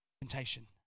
temptation